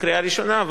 בקריאה הראשונה,